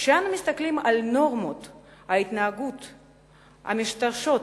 כשאנחנו מסתכלים על נורמות ההתנהגות המשתרשות,